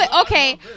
Okay